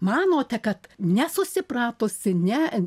manote kad nesusipratusi ne